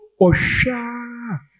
Osha